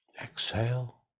Exhale